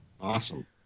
Awesome